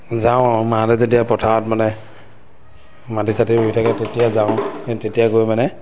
যাওঁ মাহঁতে যেতিয়া পথাৰত মানে মাটি চাটি ৰুই থাকে তেতিয়া যাওঁ তেতিয়া গৈ মানে